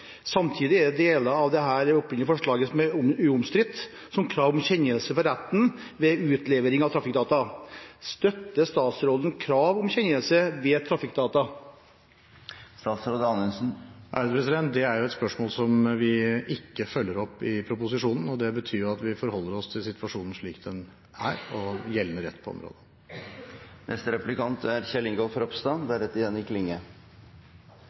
Samtidig er det deler av dette opprinnelige forslaget som er uomstridt, som krav om kjennelse for retten ved utlevering av trafikkdata. Støtter statsråden krav om kjennelse i forbindelse med trafikkdata? Det er et spørsmål vi ikke følger opp i proposisjonen, og det betyr at vi forholder oss til situasjonen slik den er, og til gjeldende rett på området.